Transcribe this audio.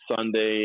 sunday